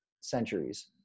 centuries